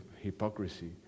hypocrisy